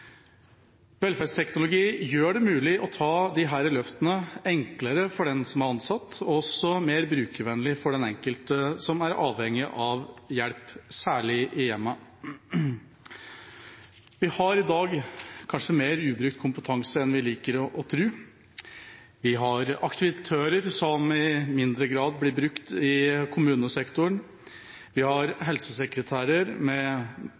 Velferdsteknologi gjør det mulig å ta disse løftene enklere for dem som er ansatte, og gjør det mer brukervennlig for den enkelte som er avhengig av hjelp, særlig i hjemmet. Vi har i dag mer ubrukt kompetanse enn vi kanskje liker å tro. Vi har aktivitører som i mindre grad blir brukt i kommunesektoren. Vi har helsesekretærer med